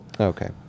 Okay